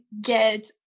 get